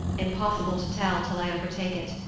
impossible to tell till i overtake it.